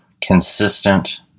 consistent